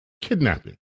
kidnapping